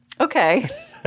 okay